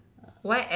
uh anyway